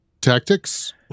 tactics